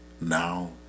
Now